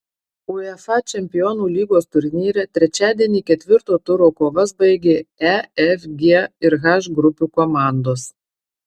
uefa čempionų lygos turnyre trečiadienį ketvirto turo kovas baigė e f g ir h grupių komandos